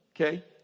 okay